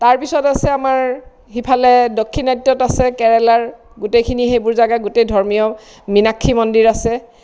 তাৰপিছত আছে আমাৰ সিফালে দক্ষিণাত্য়ত আছে কেৰেলাৰ গোটেইখিনি সেইবোৰ জেগা গোটেই ধৰ্মীয় মিনাক্ষী মন্দিৰ আছে